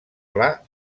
pla